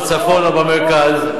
בצפון או במרכז,